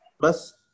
plus